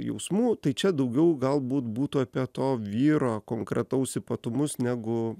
jausmų tai čia daugiau galbūt būtų apie to vyro konkretaus ypatumus negu